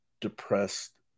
depressed